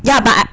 ya but I